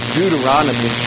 Deuteronomy